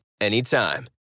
anytime